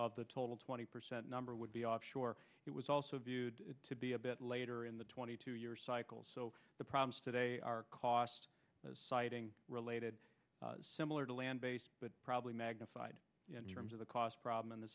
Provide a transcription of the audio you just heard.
the total twenty percent number would be offshore it was also viewed to be a bit later in the twenty two year cycle so the problems today are cost sighting related similar to land based but probably magnified in terms of the cost problem and the